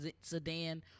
sedan